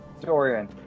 Dorian